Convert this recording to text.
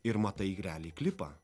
ir matai realiai klipą